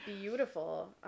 Beautiful